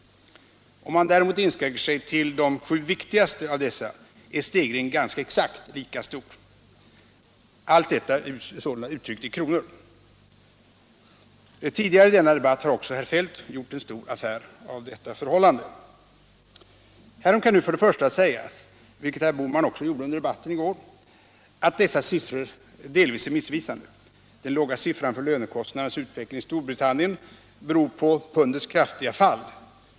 Om man däremot inskränker sig till de sju viktigaste av dessa är stegringen ganska exakt lika stor, allt detta uttryckt i kronor. Tidigare i denna debatt gjorde också herr Feldt en stor affär av detta förhållande. Härom kan för det första sägas — vilket herr Bohman också gjorde under debatten i går — att dessa siffror delvis är missvisande. Den låga siffran för lönekostnadernas utveckling i Storbritannien beror på pundets kraftiga fall.